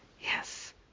Yes